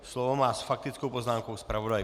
Slovo má s faktickou poznámkou zpravodaj.